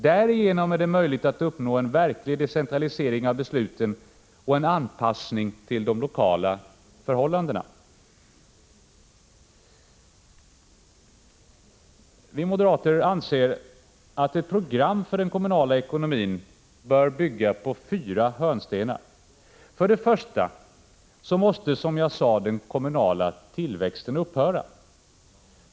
Därigenom är det möjligt att uppnå en verklig decentralisering av besluten och en anpassning till de lokala förhållandena. Vi moderater anser att ett program för den kommunala ekonomin bör bygga på fyra hörnstenar. För det första måste, som jag sade, den kommunala tillväxten upphöra.